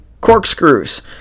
corkscrews